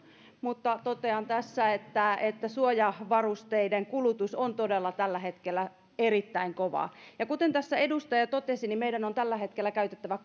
mutta totean tässä että että suojavarusteiden kulutus on todella tällä hetkellä erittäin kovaa ja kuten tässä edustaja totesi meidän on tällä hetkellä käytettävä